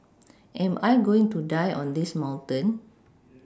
am I going to die on this mountain